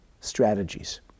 strategies